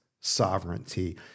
sovereignty